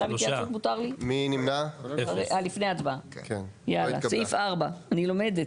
3 נמנעים, 0 ההסתייגות לא התקבלה.